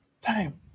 time